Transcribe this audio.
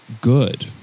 good